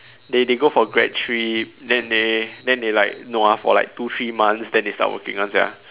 they they go for grad trip then they then they like nua for like two three months then they start working [one] sia